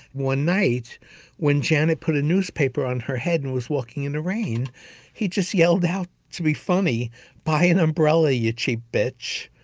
one night when janet put a newspaper on her head and was walking in the rain he just yelled out to be funny by an umbrella you cheap bitch.